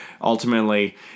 ultimately